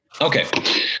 Okay